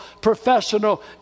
professional